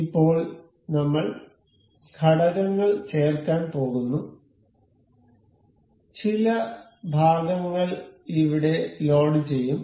ഇപ്പോൾ നമ്മൾ ഘടകങ്ങൾ ചേർക്കാൻ പോകുന്നു ചില ഭാഗങ്ങൾ ഇവിടെ ലോഡുചെയ്യും